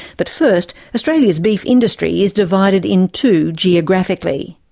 but first, australia's beef industry is divided in two geographically.